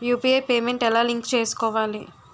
UPI payment ఎలా link చేసుకోవాలి?